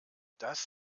das